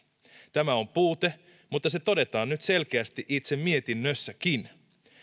tämä on puute mutta se todetaan nyt selkeästi itse mietinnössäkin